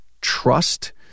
trust